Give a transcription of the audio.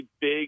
big